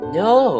no